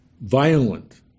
Violent